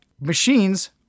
machines